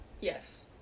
Yes